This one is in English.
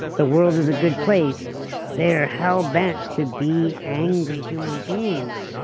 the world is a good place they're hell-bent to be angry human beings.